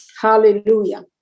Hallelujah